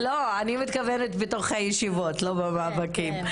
לא, אני מתכוונת בתוך הישיבות, לא במאבקים.